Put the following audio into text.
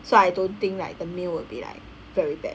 so I don't think like the meal would be like very bad